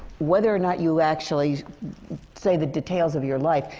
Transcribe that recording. whether or not you actually say the details of your life,